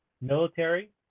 military